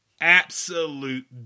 Absolute